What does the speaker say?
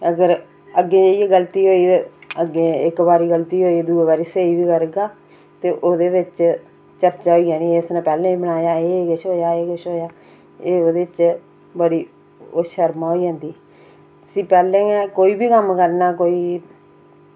अगर अग्गै जाइयै गलती होई ते अग्गै इक्क बारी गलती होई ते दूई बारी स्हेई बी करगा ते ओह्दे बिच चर्चा होई जानी कि इसने पैह्लें बी बनाया ते एह् किश होया एह् किश होआ ते एह् ओह्दे च बड़ी शरमा होई जंदी इसी पैह्लें गै कोई बी कम्म करना कोई